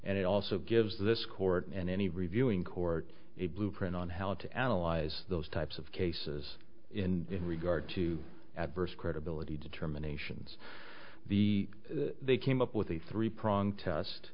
and it also gives this court and any reviewing court a blueprint on how to analyze those types of cases in regard to adverse credibility determinations the they came up with a three prong test